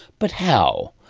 but how?